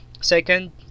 second